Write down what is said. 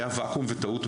ואקום וטעות,